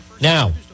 now